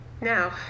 Now